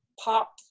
pop